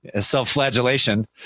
self-flagellation